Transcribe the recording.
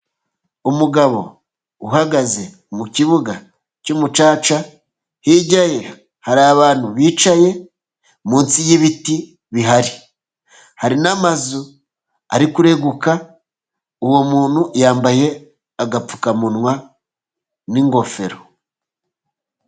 Umugabo uhagaze mu kibuga cy'umucaca, hirya ye hari abantu bicaye munsi y'ibiti bihari hari n'amazu ari kureguka, uwo muntu yambaye agapfukamunwa n'ingofero.